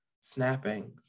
snapping